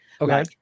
Okay